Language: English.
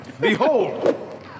Behold